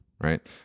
right